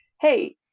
hey